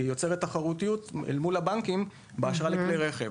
כי היא יוצרת תחרותיות אל מול הבנקים באשראי לכלי רכב,